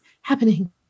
happening